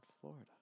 Florida